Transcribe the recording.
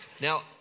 now